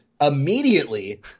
immediately